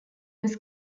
was